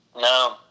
No